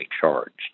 charged